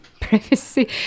privacy